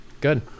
Good